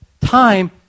Time